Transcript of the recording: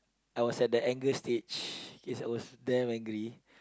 I was at the anger stage yes I was damn angry